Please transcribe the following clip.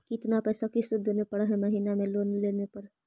कितना पैसा किस्त देने पड़ है महीना में लोन लेने पर?